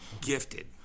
Gifted